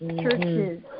churches